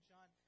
John